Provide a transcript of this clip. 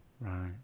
right